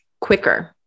quicker